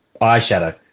eyeshadow